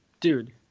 Dude